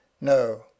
No